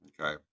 Okay